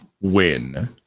win